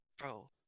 bro